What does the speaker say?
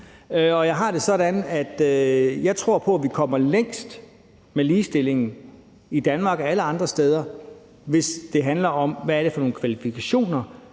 jeg tror på, at vi kommer længst med ligestillingen i Danmark og alle andre steder, hvis det handler om, hvad det er for nogle kvalifikationer,